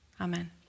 Amen